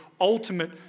ultimate